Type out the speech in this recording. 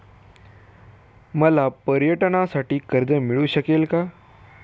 मला पर्यटनासाठी कर्ज मिळू शकेल का?